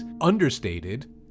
understated